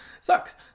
sucks